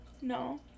No